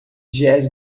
jazz